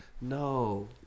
No